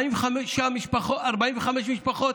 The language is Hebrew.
45 משפחות